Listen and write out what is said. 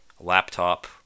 laptop